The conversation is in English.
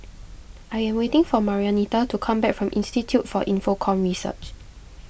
I am waiting for Marianita to come back from Institute for Infocomm Research